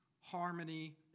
harmony